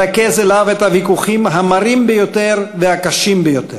מרכז אליו את הוויכוחים המרים ביותר והקשים ביותר.